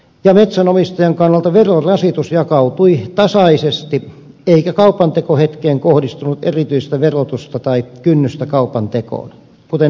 ja metsänomistajan kannalta verorasitus jakautui tasaisesti eikä kaupantekohetkeen kohdistunut erityistä verotusta tai kynnystä kaupantekoon kuten nyt tapahtuu